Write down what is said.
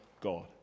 God